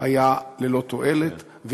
היה ללא תועלת,